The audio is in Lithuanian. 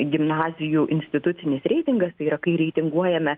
gimnazijų institucinis reitingas yra kai reitinguojame